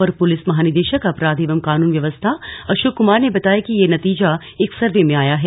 अपर प्रलिस महानिदेशक अपराध एवं कानून व्यवस्था अशोक कुमार ने बताया कि ये नतीजा एक सर्वे में आया है